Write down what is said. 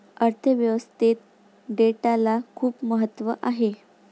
अर्थ व्यवस्थेत डेटाला खूप महत्त्व आहे